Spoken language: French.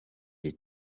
est